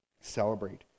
celebrate